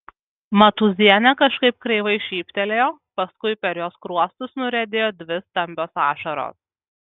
matūzienė kažkaip kreivai šyptelėjo paskui per jos skruostus nuriedėjo dvi stambios ašaros